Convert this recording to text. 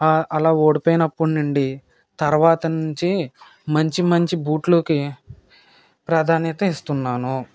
అలా ఓడిపోయినప్పటి నుండి తర్వాత నుంచి మంచి మంచి బూట్లకి ప్రాధాన్యత ఇస్తున్నాను